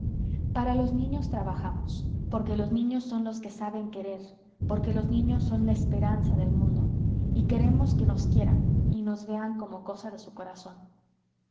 para los niños trabajamos porque los niños son los que saben querer porque los niños son la esperanza del mundo y queremos que nos quieran y nos vean como cosa de su corazón